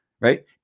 right